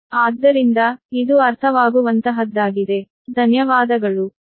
ಆದ್ದರಿಂದ ಇದು ಅರ್ಥವಾಗುವಂತಹದ್ದಾಗಿದೆ